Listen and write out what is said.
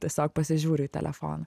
tiesiog pasižiūriu į telefoną